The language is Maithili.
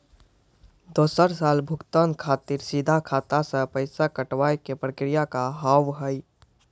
दोसर साल भुगतान खातिर सीधा खाता से पैसा कटवाए के प्रक्रिया का हाव हई?